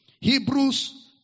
Hebrews